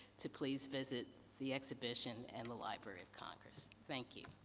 to please visit the exhibition and the library of congress. thank you.